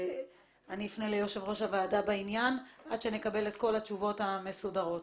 אפנה ליושב-ראש הוועדה בעניין עד שנקבל את כל התשובות המסודרות.